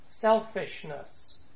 selfishness